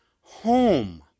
home